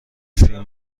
فین